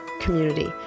community